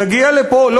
שבועיים,